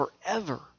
forever